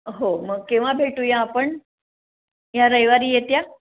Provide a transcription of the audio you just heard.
हो मग केव्हा भेटूया आपण या रविवारी येत्या